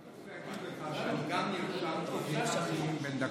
שכחו להגיד לך שאני גם נרשמתי, נאום בני דקה.